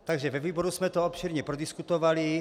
Takže ve výboru jsme to obšírně prodiskutovali.